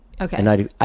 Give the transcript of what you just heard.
Okay